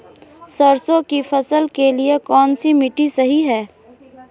सरसों की फसल के लिए कौनसी मिट्टी सही हैं?